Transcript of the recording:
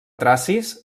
tracis